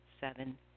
seven